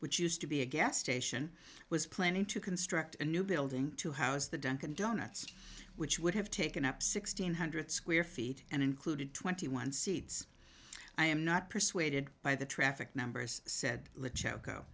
which used to be a gas station was planning to construct a new building to house the denton donuts which would have taken up sixteen hundred square feet and included twenty one seeds i am not persuaded by the traffic numbers said